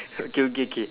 okay okay K